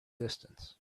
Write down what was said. distance